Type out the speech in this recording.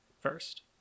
first